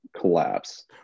collapse